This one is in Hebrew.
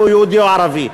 אם יהודי או ערבי.